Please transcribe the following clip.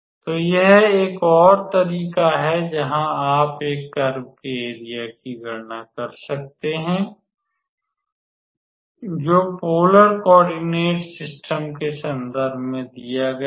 तो यह एक और तरीका है जहां आप एक कर्व के एरिया की गणना कर सकते हैं जो पोलर कॉओरडीनेटस के संदर्भ में दिया गया है